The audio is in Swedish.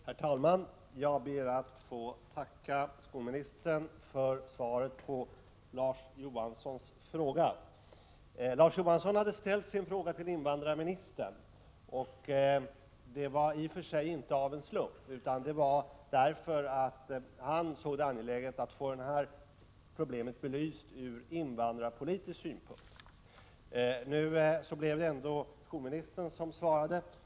Herr talman! Jag ber att få tacka skolministern för svaret på Larz Johanssons fråga. Larz Johansson hade ställt sin fråga till invandrarministern, och det var i och för sig inte gjort av en slump, utan han ansåg att det var angeläget att få frågan belyst från invandrarpolitisk synpunkt. Nu blev det ändå skolministern som svarade.